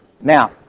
Now